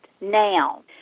now